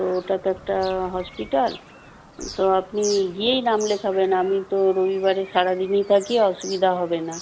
তো ওটা তো একটা হসপিটাল তো আপনি গিয়েই নাম লেখাবেন আমি তো রবিবারে সারা দিনই থাকি অসুবিধা হবে না